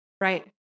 Right